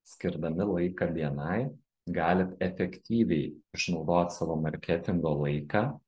skirdami laiką bni galit efektyviai išnaudot savo marketingo laiką